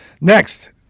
Next